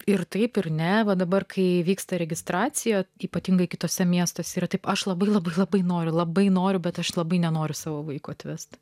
ir taip ir ne va dabar kai vyksta registracija ypatingai kituose miestuose yra taip aš labai labai labai noriu labai noriu bet aš labai nenoriu savo vaiko atvesti